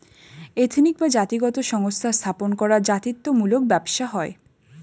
ethnic বা জাতিগত সংস্থা স্থাপন করা জাতিত্ব মূলক ব্যবসা হয়